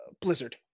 Blizzard